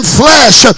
flesh